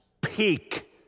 peak